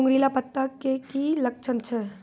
घुंगरीला पत्ता के की लक्छण छै?